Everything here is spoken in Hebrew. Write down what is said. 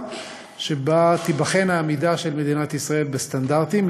שבה תיבחן העמידה של מדינת ישראל בסטנדרטים.